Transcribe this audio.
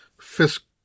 fiscal